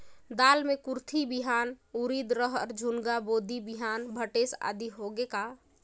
दाल मे कुरथी बिहान, उरीद, रहर, झुनगा, बोदी बिहान भटेस आदि होगे का?